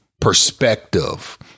perspective